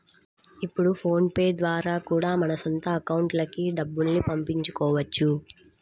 ఇప్పుడు PhonePe ద్వారా కూడా మన సొంత అకౌంట్లకి డబ్బుల్ని పంపించుకోవచ్చు